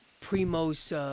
Primo's